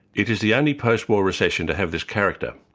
it is the only post war recession to have this character.